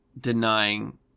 denying